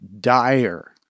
dire